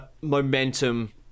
momentum